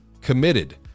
committed